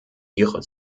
ihre